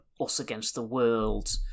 us-against-the-world